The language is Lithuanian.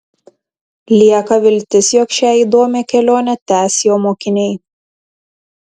lieka viltis jog šią įdomią kelionę tęs jo mokiniai